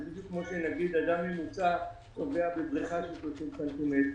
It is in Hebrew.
זה בדיוק כפי שנגיד שאדם ממוצע טובע בבריכה של 30 סנטימטרים.